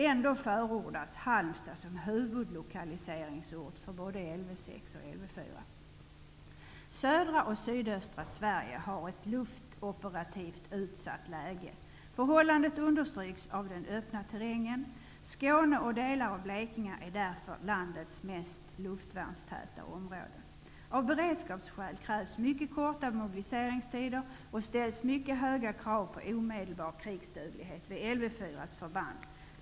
Ändå förordas Södra och sydöstra Sverige har ett luftoperativt utsatt läge. Förhållandet understryks av den öppna terrängen. Skåne och delar av Blekinge är därför landets mest luftvärnstäta område. Av beredskapsskäl krävs mycket korta mobiliseringstider och ställs mycket höga krav på omedelbar krigsduglighet vid Lv 4:s förband.